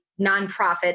nonprofit